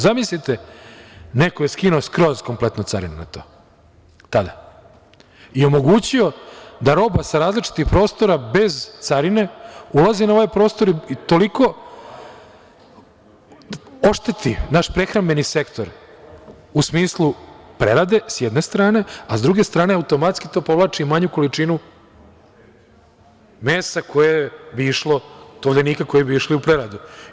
Zamislite, neko je skinuo skroz kompletnu carinu na to tada i omogućio da roba sa različitih prostora bez carine ulazi na ovaj prostor i toliko ošteti naš prehrambeni sektor u smislu prerade sa jedne strane, a sa druge strane automatski to povlači i manju količinu mesa, tovljenika koji bi išli u preradu.